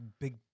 big